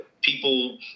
people